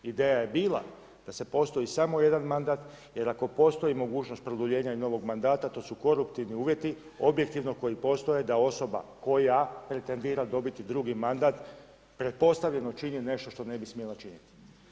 Ideja je bila da se postoji samo jedan mandat jer ako postoji mogućnost produljenja i novog mandata to su koruptivni uvjeti objektivno koji postoje da osoba koja pretendira dobiti drugi mandat pretpostavljeno čini nešto što ne bi smjela činiti.